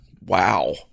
Wow